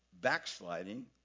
backsliding